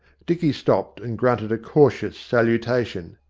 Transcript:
dicky stopped, and grunted a cautious salutation.